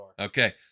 Okay